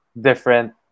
Different